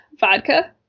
Vodka